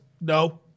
No